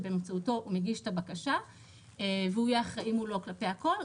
שבאמצעותו הוא מגיש את הבקשה והוא יהיה אחראי מולו כלפי הכול,